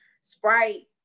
Sprite